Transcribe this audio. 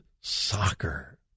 soccer